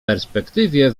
perspektywie